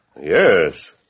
Yes